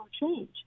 change